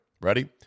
ready